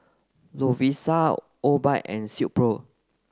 Lovisa Obike and Silkpro